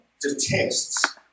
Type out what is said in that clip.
detests